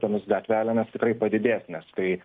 tomis gatvelėmis tikrai padidės nes tai